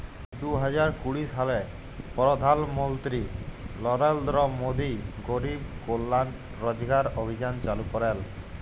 দু হাজার কুড়ি সালে পরধাল মলত্রি লরেলদ্র মোদি গরিব কল্যাল রজগার অভিযাল চালু ক্যরেল